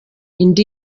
indi